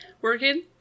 working